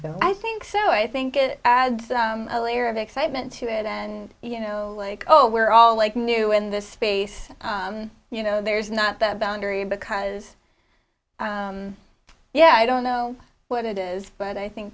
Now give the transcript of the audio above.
i think so i think it adds a layer of excitement to it and you know like oh we're all like new in this space you know there's not that boundary because yeah i don't know what it is but i think